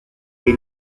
est